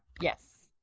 Yes